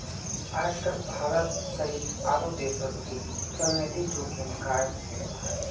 आजकल भारत सहित आरो देशोंत भी चलनिधि जोखिम कायम छे